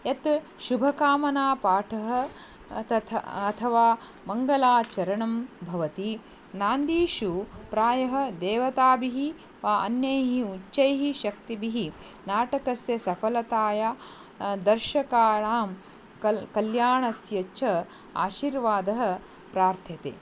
यत् शुभकामना पाठः तथा अथवा मङ्गलाचरणं भवति नान्दीषु प्रायः देवताभिः वा अन्यैः उच्चैः शक्तिभिः नाटकस्य सफलताया दर्शकाणां कल् कल्याणस्य च आशीर्वादः प्रार्थ्यते